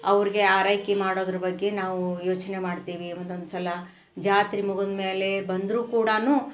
ಅವ್ರಿಗೆ ಆರೈಕೆ ಮಾಡೋದ್ರ ಬಗ್ಗೆ ನಾವು ಯೋಚನೆ ಮಾಡ್ತೀವಿ ಒಂದೊಂದುಸಲ ಜಾತ್ರೆ ಮುಗದ್ಮ್ಯಾಲೆ ಬಂದರು ಕೂಡಾ